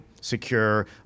secure